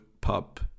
pub